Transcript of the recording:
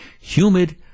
humid